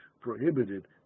prohibited